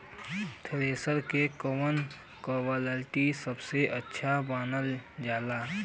Thresher के कवन quality सबसे अच्छा मानल जाले?